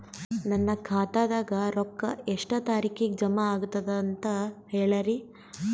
ನನ್ನ ಖಾತಾದಾಗ ರೊಕ್ಕ ಎಷ್ಟ ತಾರೀಖಿಗೆ ಜಮಾ ಆಗತದ ದ ಅಂತ ಹೇಳರಿ?